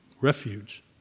refuge